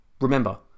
remember